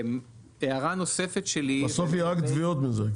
הערה נוספת שלי --- בסוף יהיו רק תביעות בזה.